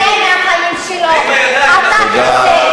צא מהחיים שלו, אתה תצא.